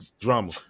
Drama